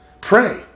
Pray